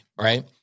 right